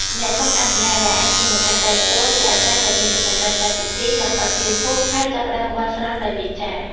អ្នកសុំអនុញ្ញាត ដែលអាចជាម្ចាស់ដីផ្ទាល់ ឬអាចារ្យដែលមានចំណេះដឹងផ្នែកពិធី នឹងអុជទៀនធូប ហើយចាប់ផ្តើមបន់ស្រន់ដោយវាចា។